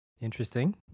Interesting